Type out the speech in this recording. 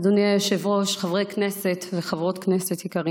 אדוני היושב-ראש, חברי כנסת וחברות כנסת יקרים,